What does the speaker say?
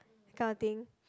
kind of thing